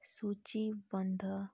सूचीबद्ध